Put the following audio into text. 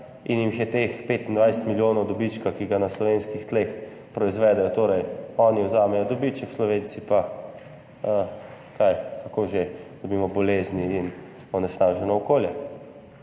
in jim je teh 25 milijonov dobiček, ki ga na slovenskih tleh proizvedejo, torej oni vzamejo dobiček, Slovenci pa – kaj, kako že? Dobimo bolezni in onesnaženo okolje.